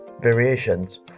variations